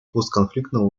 постконфликтного